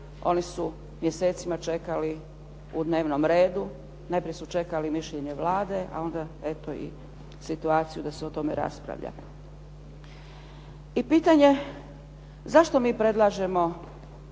oni su mjesecima čekali u dnevnom redu. Najprije su čekali mišljenje Vlade, a onda eto i situaciju da se o tome raspravlja. I pitanje, zašto mi predlažemo